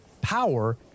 Power